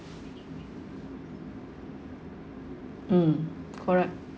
mm correct